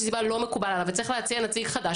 סיבה לא מקובל עליו וצריך להציע נציג חדש,